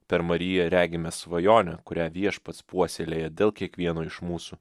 per mariją regime svajonę kurią viešpats puoselėja dėl kiekvieno iš mūsų